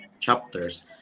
chapters